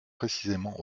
précisément